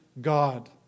God